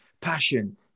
passion